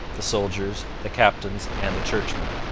the soldiers, the captains, and the churchmen.